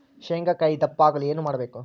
ಶೇಂಗಾಕಾಯಿ ದಪ್ಪ ಆಗಲು ಏನು ಮಾಡಬೇಕು?